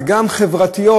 וגם השלכות חברתיות,